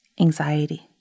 Anxiety